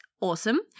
awesome